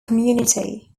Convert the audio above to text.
community